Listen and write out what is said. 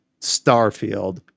starfield